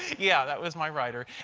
yeah that was my writer.